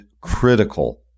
critical